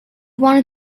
wanted